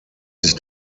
sich